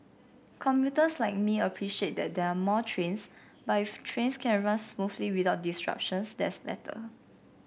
commuters like me appreciate that there are more trains but if trains can run smoothly without disruptions that's better